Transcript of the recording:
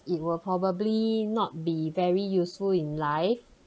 it will probably not be very useful in life